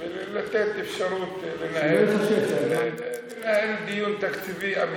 בשביל לתת אפשרות לנהל דיון תקציבי אמיתי,